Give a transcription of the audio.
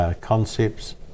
Concepts